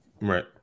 Right